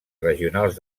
regionals